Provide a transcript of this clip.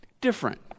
different